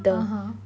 (uh huh)